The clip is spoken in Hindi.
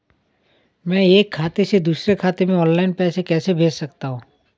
मैं एक खाते से दूसरे खाते में ऑनलाइन पैसे कैसे भेज सकता हूँ?